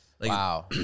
Wow